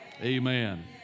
amen